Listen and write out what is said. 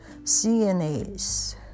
CNAs